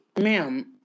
Ma'am